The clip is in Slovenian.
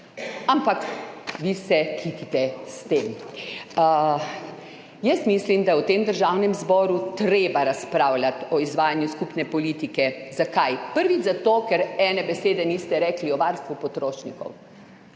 ampak vi se kitite s tem. Jaz mislim, da je v tem državnem zboru treba razpravljati o izvajanju skupne politike. Zakaj? Prvič, zato ker ene besede niste rekli o varstvu potrošnikov,